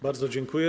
Bardzo dziękuję.